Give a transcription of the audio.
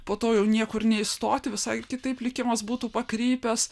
po to jau niekur neįstoti visai kitaip likimas būtų pakrypęs